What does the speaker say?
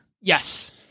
yes